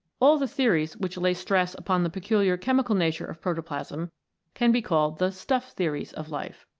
all the theories which lay stress upon the peculiar chemical nature of protoplasm can be called the stuff-theories of life.